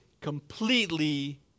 completely